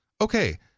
Okay